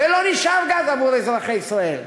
ולא נשאר גז עבור אזרחי ישראל.